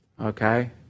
Okay